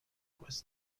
was